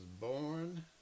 born